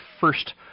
first